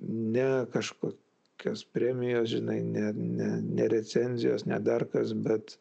ne kažkokios premiją žinai ne ne ne recenzijos ne dar kas bet